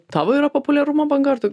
tavo yra populiarumo banga ar tu